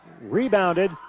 rebounded